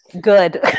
good